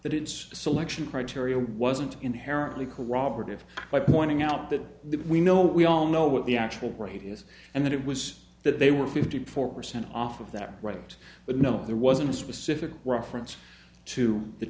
that its selection criteria wasn't inherently corroborative by pointing out that we know we all know what the actual rate is and that it was that they were fifty four percent off of their right but no there wasn't a specific reference to the